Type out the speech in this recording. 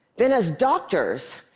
then as doctors,